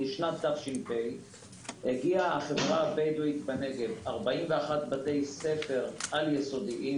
בתש"פ הגיעה החברה הבדואית בנגב ב-41 בתי ספר על יסודיים,